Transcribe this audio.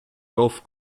golf